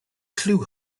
clue